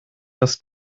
das